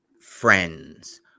friends